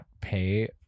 pay